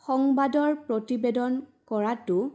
সংবাদৰ প্ৰতিবেদন কৰাটো